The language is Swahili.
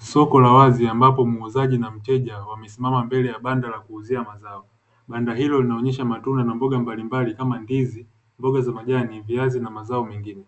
Soko la wazi ambapo muuzaji na mteja wamesimama mbele ya banda la kuuzia mazao, banda hilo linaonyesha matunda na mboga mbalimbali kama ndizi mboga za majani viazi na mazao mengine,